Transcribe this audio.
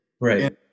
Right